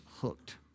hooked